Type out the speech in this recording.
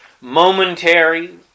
momentary